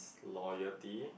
is loyalty